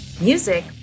Music